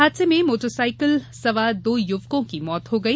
हादसे में मोटरसाइकिल सवार दो युवकों की मौत हो गई